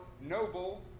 noble